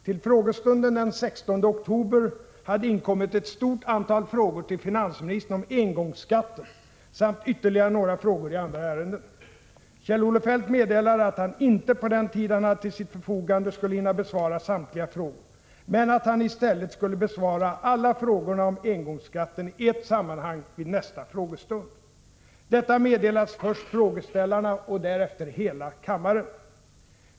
Till frågestunden den 16 oktober hade inkommit ett stort antal frågor till finansministern om engångsskatten samt ytterligare några frågor i andra ärenden. Kjell-Olof Feldt meddelade att han inte på den tid han hade till sitt förfogande skulle hinna besvara samtliga frågor, men att han i stället skulle besvara alla frågorna om engångsskatten i ett sammanhang vid nästa frågestund. Detta meddelades först frågeställarna och därefter hela kammaren.